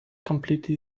completely